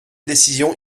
décision